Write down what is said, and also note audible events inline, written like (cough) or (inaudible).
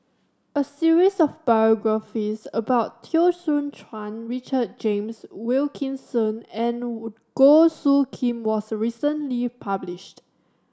a series of biographies about Teo Soon Chuan Richard James Wilkinson and (unintelligible) Goh Soo Khim was recently published